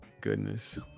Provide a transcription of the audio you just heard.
goodness